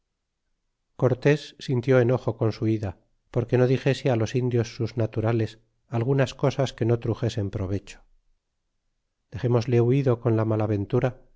sintió enojo con su ida porque no dixese los indios sus naturales algunas cosas que no truxesen provecho dexémosle huido con la mala ventura